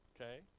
Okay